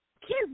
kids